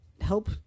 help